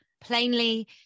plainly